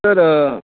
sir